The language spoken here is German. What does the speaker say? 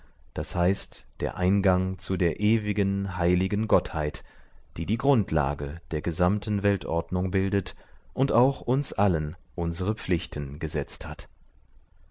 d h der eingang zu der ewigen heiligen gottheit die die grundlage der gesamten weltordnung bildet und auch uns allen unsere pflichten gesetzt hat